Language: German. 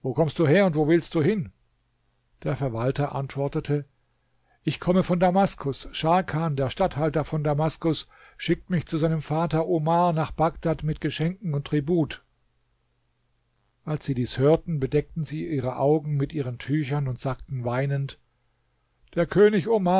wo kommst du her und wo willst du hin der verwalter antwortete ich komme von damaskus scharkan der statthalter von damaskus schickt mich zu seinem vater omar nach bagdad mit geschenken und tribut als sie dies hörten bedeckten sie ihre augen mit ihren tüchern und sagten weinend der könig